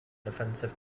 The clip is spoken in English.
offensive